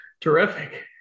terrific